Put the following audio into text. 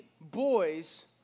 boys